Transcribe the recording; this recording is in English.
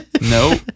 no